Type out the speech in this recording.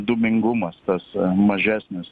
dūmingumas tas mažesnis